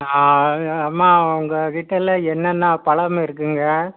அம்மா உங்ககிட்ட என்னென்ன பழம் இருக்குங்க